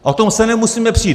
O tom se nemusíme přít.